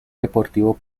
deportivo